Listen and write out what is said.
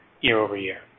year-over-year